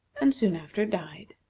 and soon after died.